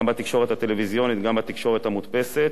גם בתקשורת הטלוויזיונית, גם בתקשורת המודפסת.